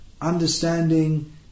understanding